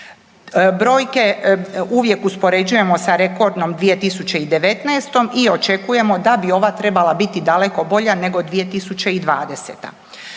Brojke uvijek uspoređujemo sa rekordnom 2019. i očekujemo da bi ova trebala biti daleko bolja nego 2020..